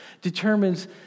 determines